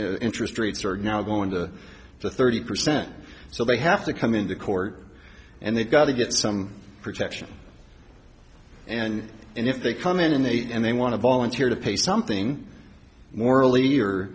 interest rates are now going to thirty percent so they have to come into court and they've got to get some protection and if they come in and they and they want to volunteer to pay something morally